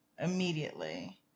immediately